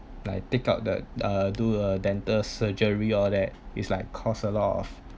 like take out the uh do a dental surgery all that it's like cost a lot of